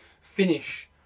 finish